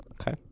Okay